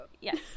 yes